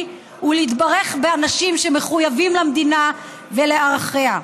ולהתברך באנשים שמחויבים למדינה ולערכיה.